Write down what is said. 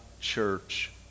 church